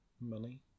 money